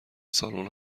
سالن